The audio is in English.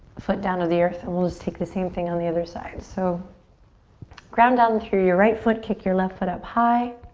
foot down to the earth and we'll just take the same thing on the other side. so ground down to your right foot, kick your left foot up high.